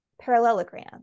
parallelogram